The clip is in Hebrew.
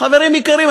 חברים יקרים,